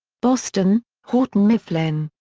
boston houghton mifflin.